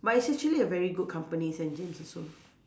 but it's actually a very good company Saint James also